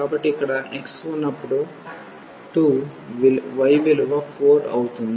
కాబట్టి ఇక్కడ x ఉన్నప్పుడు 2 y విలువ 4 అవుతుంది